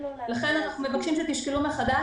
לכן אנחנו מבקשים שתשקלו מחדש,